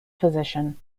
physician